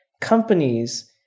companies